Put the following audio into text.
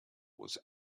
was